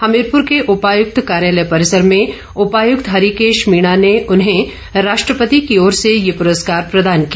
हमीरपुर के उपायुक्त कार्यालय परिसर में उपायुक्त हरिकेश मीणा ने उन्हें राष्ट्रपति की ओर से ये पुरस्कार प्रदान किया